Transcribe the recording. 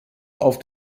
auf